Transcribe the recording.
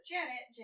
Janet